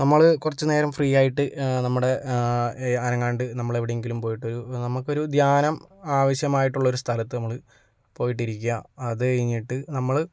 നമ്മൾ കുറച്ചു നേരം ഫ്രീയായിട്ട് നമ്മുടെ അനങ്ങാതെ നമ്മൾ എവിടെയെങ്കിലും പോയിട്ട് നമുക്കൊരു ധ്യാനം ആവിശ്യമായിട്ടുള്ളൊരു സ്ഥലത്ത് നമ്മൾ പോയിട്ട് ഇരിക്കുക അതു കഴിഞ്ഞിട്ടു നമ്മൾ